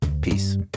Peace